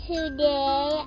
Today